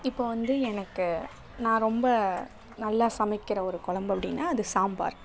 இப்போ வந்து எனக்கு நான் ரொம்ப நல்லா சமைக்கிற ஒரு குலம்பு அப்படின்னா அது சாம்பார்